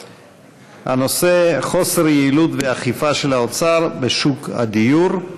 הנושא: חוסר יעילות ואכיפה של האוצר בשוק הדיור.